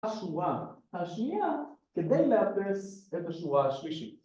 ‫השורה, השניה, ‫כדי לאפס את השורה השלישית.